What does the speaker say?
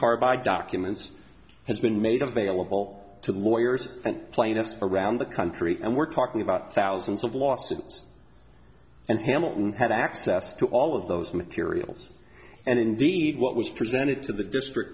carbide documents has been made available to lawyers and plaintiffs around the country and we're talking about thousands of lawsuits and hamilton had access to all of those materials and indeed what was presented to the district